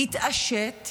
יתעשת,